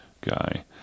guy